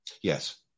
Yes